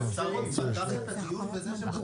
מישהו יודע להגיד על כמה כסף מדובר?